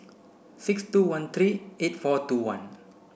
six two one three eight four two one